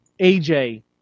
AJ